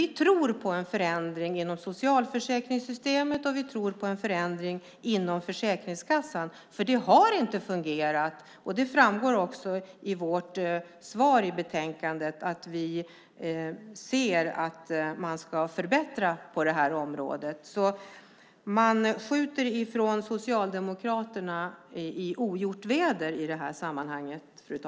Vi tror på en förändring inom socialförsäkringssystemet, och vi tror på en förändring inom Försäkringskassan, för det har inte fungerat. Att man ska förbättra på det här området framgår också av vårt svar i betänkandet. Socialdemokraterna skjuter alltså i ogjort väder i det här sammanhanget.